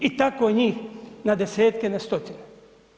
I tako njih na desetke, na stotine.